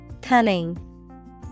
Cunning